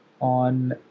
on